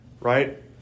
Right